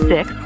Six